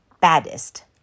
Baddest